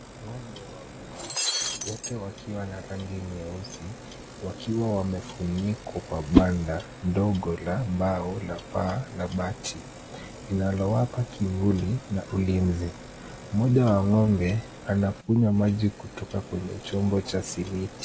Ng'ombe wawili wote wakiwa na rangi nyeusi, wakiwa wamefunikwa kwa banda ndogo la bao la paa la bati, linalowapa kivuli na ulinzi, mmoja wa ng'ombe anakunywa maji kutoka kwenye chombo cha simiti.